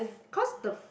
cause the